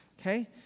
okay